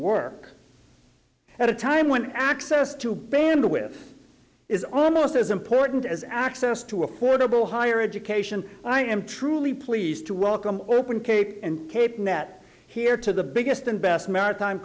work at a time when access to bandwidth is almost as important as access to affordable higher education i am truly pleased to welcome open kate and kate met here to the biggest and best maritime